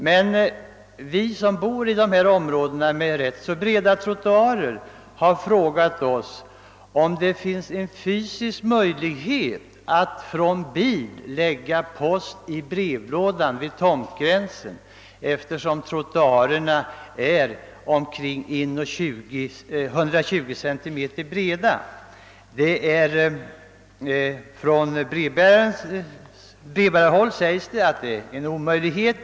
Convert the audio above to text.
Men vi som bor i områden med ganska breda trottoarer har frågat oss om det finns en fysisk möjlighet att från en bil lägga post i en brevlåda vid tomtgränsen, om trottoaren är 120 cm bred. Från brevbärarhåll sägs att det är en omöjlighet.